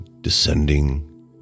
descending